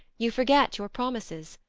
you forget your promises,